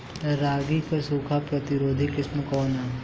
रागी क सूखा प्रतिरोधी किस्म कौन ह?